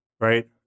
right